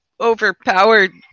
overpowered